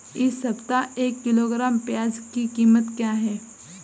इस सप्ताह एक किलोग्राम प्याज की कीमत क्या है?